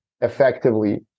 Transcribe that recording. effectively